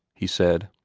he said.